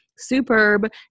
Superb